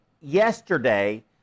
Yesterday